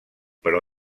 però